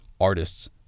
artists